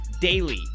daily